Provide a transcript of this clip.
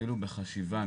אפילו בחשיבה,